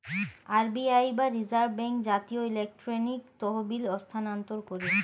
RBI বা reserve bank জাতীয় electronic তহবিল স্থানান্তর করে